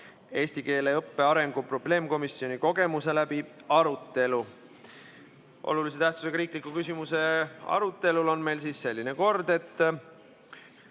(eesti keele õppe arengu probleemkomisjoni kogemuse läbi)" arutelu. Olulise tähtsusega riikliku küsimuse arutelul on meil selline kord, et